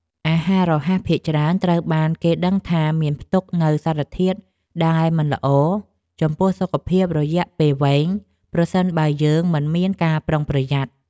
អាហាររហ័សភាគច្រើនត្រូវបានគេដឹងថាមានផ្ទុកនូវសារធាតុដែលមិនល្អចំពោះសុខភាពរយៈពេលវែងប្រសិនបើយើងមិនមានការប្រុងប្រយ័ត្ន។